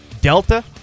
Delta